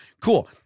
Cool